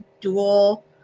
dual